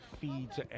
feeds